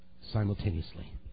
simultaneously